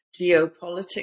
geopolitics